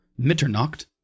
Mitternacht